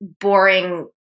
boring